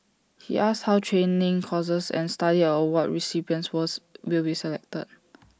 he asked how training courses and study award recipients was will be selected